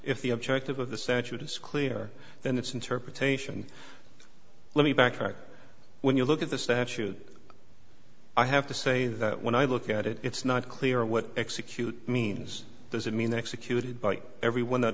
if the objective of the statute is clear then it's interpretation let me backtrack when you look at the statute i have to say that when i look at it it's not clear what execute means does it mean executed by everyone that